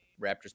Raptors